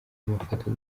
amafoto